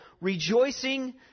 rejoicing